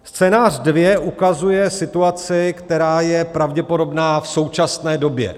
Scénář dvě ukazuje situaci, která je pravděpodobná v současné době.